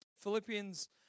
Philippians